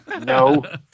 No